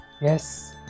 Yes